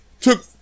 Took